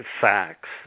facts